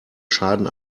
schaden